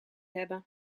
hebben